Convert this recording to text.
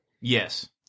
Yes